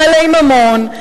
בעלי ממון,